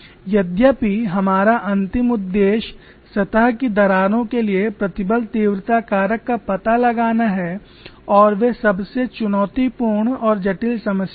यद्यपि हमारा अंतिम उद्देश्य सतह की दरारों के लिए प्रतिबल तीव्रता कारक का पता लगाना है और वे सबसे चुनौतीपूर्ण और जटिल समस्याएं हैं